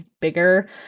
bigger